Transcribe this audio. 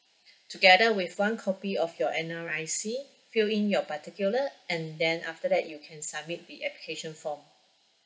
together with one copy of your N_R_I_C fill in your particular and then after that you can submit the application form